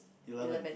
you love it